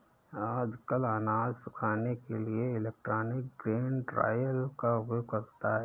आजकल अनाज सुखाने के लिए इलेक्ट्रॉनिक ग्रेन ड्रॉयर का उपयोग होता है